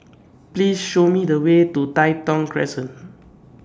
Please Show Me The Way to Tai Thong Crescent